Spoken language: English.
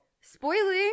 spoiling